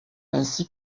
ainsi